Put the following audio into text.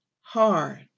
hard